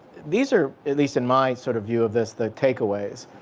these are, at least in my sort of view of this, the take-aways.